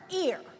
ear